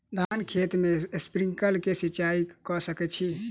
धानक खेत मे स्प्रिंकलर सँ सिंचाईं कऽ सकैत छी की?